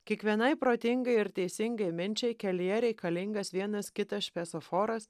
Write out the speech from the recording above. kiekvienai protingai ir teisingai minčiai kelyje reikalingas vienas kitas šviesoforas